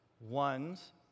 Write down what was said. Ones